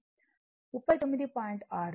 6